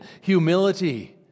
Humility